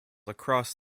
across